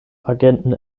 agenten